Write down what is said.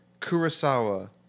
Kurosawa